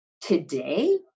Today